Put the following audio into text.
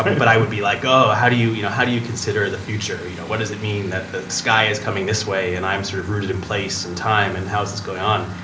but i would be like, oh, how do you you know how do you consider the future? you know what does it mean that the sky is coming this way and i'm sort of rooted in place in time and how is this going on?